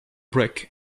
brick